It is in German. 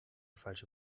falsche